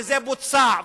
וזה בוצע.